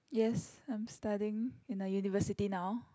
yes I'm studying in a university now